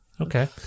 Okay